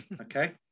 Okay